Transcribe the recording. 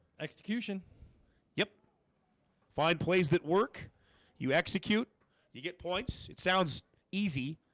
execution yep fine plays that work you execute you get points it sounds easy